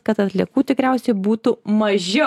kad atliekų tikriausiai būtų mažiau